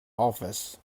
office